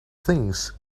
things